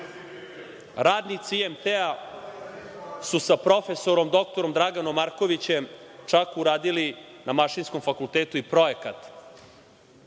IMT su sa prof. dr Draganom Markovićem čak uradili na Mašinskom fakultetu i projekat